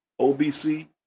OBC